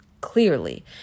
clearly